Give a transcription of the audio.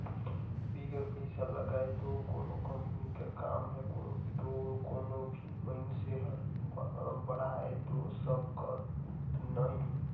बिगर पइसा लगाए दो कोनो कंपनी कर काम ल दो कोनो भी मइनसे हर बढ़ाए दो सके नई